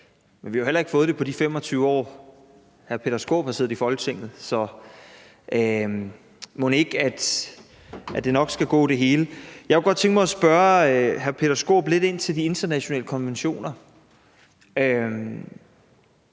men vi har jo heller ikke fået det på de 25 år, hr. Peter Skaarup har siddet i Folketinget, så mon ikke det hele nok skal gå. Jeg kunne godt tænke mig at spørge hr. Peter Skaarup lidt ind til de internationale konventioner.